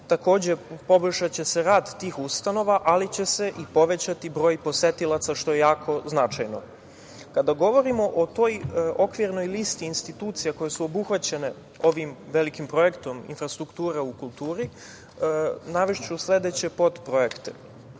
Takođe, poboljšaće se rad tih ustanova, ali će se i povećati broj posetilaca, što je jako značajno. Kada govorimo o toj okvirnoj listi institucija koje su obuhvaćene ovim velikim projektom - Infrastrukture u kulturi, navešću sledeće podprojekte.